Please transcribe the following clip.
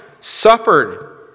suffered